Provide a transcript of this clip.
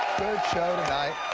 show tonight.